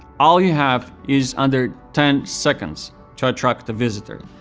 all you have is under ten seconds to attract a visitor,